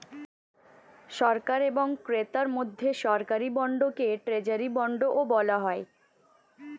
সরকার এবং ক্রেতার মধ্যে সরকারি বন্ডকে ট্রেজারি বন্ডও বলা হয়